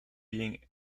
being